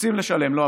רוצים לשלם לו,